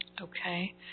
Okay